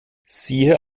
siehe